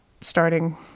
starting